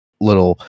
little